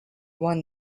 won